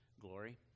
Glory